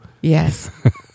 yes